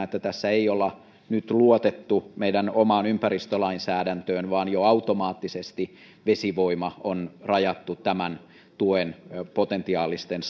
että tässä ei olla nyt luotettu meidän omaan ympäristölainsäädäntöön vaan jo automaattisesti on rajattu vesivoima pois tämän tuen potentiaalisten